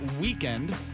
weekend